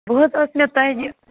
وَ حظ ٲس مےٚ تۄہہِ